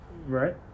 Right